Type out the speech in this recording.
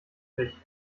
nicht